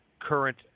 current